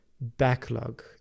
backlog